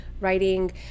writing